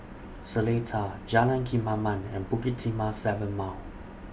Seletar Jalan Kemaman and Bukit Timah seven Mile